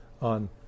on